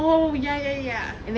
oh ya ya ya